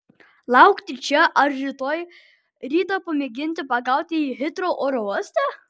laukti čia ar rytoj rytą pamėginti pagauti jį hitrou oro uoste